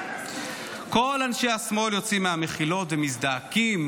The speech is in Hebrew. כל אנשי השמאל יוצאים מהמחילות ומזדעקים,